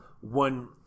one